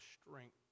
strength